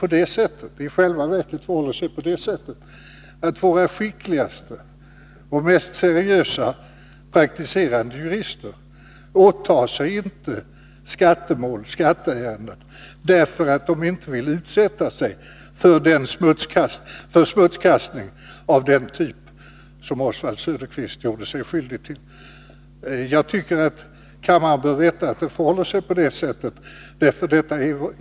Men nu förhåller det sig på det sättet att våra skickligaste och mest seriösa praktiserande jurister inte åtar sig skatteärenden, därför att de inte vill utsätta sig för smutskastning av den typ som Oswald Söderqvist här gjort sig skyldig till. Kammaren bör veta att det förhåller sig så.